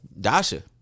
Dasha